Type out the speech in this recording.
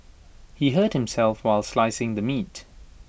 he hurt himself while slicing the meat